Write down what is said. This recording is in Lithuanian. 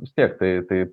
vis tiek tai tai